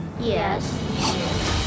Yes